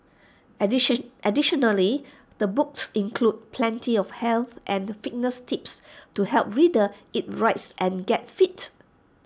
addition additionally the books includes plenty of health and fitness tips to help readers eat right and get fit